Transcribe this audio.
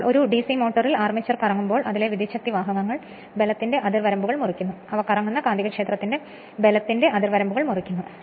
അതിനാൽ ഒരു ഡിസി മോട്ടോറിൽ ആർമേച്ചർ കറങ്ങുമ്പോൾ അതിലെ വിദ്യുച്ഛക്തി വാഹകങ്ങൾ ബലത്തിന്റെ അതിർവരമ്പുകൾ മുറിക്കുന്നു അവ കറങ്ങുന്ന കാന്തികക്ഷേത്രത്തിന്റെ ബലത്തിന്റെ അതിർവരമ്പുകൾ മുറിക്കുന്നു